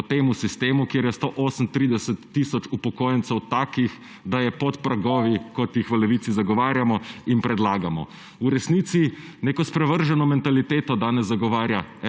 po tem sistemu, kjer je 138 tisoč upokojencev takih, da je pod pragovi, kot jih v Levici zagovarjamo in predlagamo. V resnici neko sprevrženo mentaliteto danes zagovarja